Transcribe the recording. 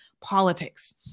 politics